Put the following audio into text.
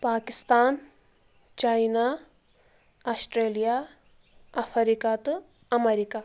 Pakistan China Australia Africa تہٕ امریٖکہ